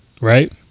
right